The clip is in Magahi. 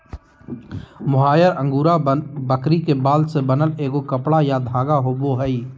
मोहायर अंगोरा बकरी के बाल से बनल एगो कपड़ा या धागा होबैय हइ